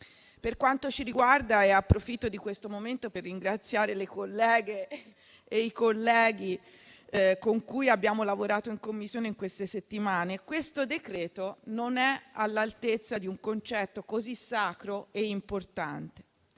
Per quanto ci riguarda - e approfitto di questo momento per ringraziare le colleghe e i colleghi con cui abbiamo lavorato in Commissione nelle ultime settimane - questo decreto non è all'altezza di un concetto così sacro e importante.